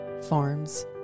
farms